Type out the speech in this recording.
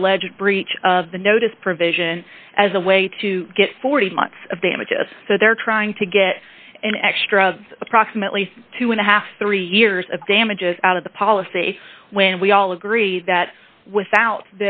the alleged breach of the notice provision as a way to get forty months of damages so they're trying to get an extra approximately two and a half three years of damages out of the policy when we all agreed that without